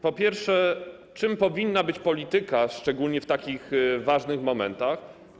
Po pierwsze, czym powinna być polityka, szczególnie w takich ważnych momentach?